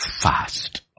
fast